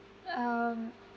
um